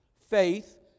Faith